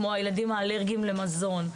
כמו הילדים האלרגיים למזון,